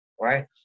right